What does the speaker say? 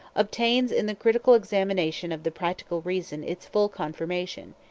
obtains in the critical examination of the practical reason its full confirmation,